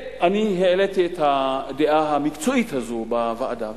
אני העליתי את הדעה המקצועית הזאת בוועדה.